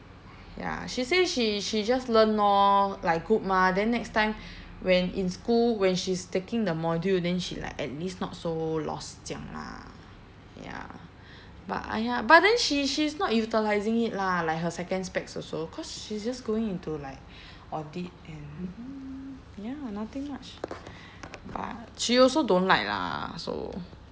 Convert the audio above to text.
ya she say she she just learn lor like good mah then next time when in school when she's taking the module then she like at least not so lost 这样 lah ya but !aiya! but then she she's not utilising it lah like her second specs also cause she's just going into like audit and ya nothing much but she also don't like lah so